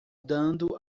dando